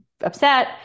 upset